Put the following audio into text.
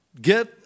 get